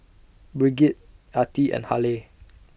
Brigid Artie and Haleigh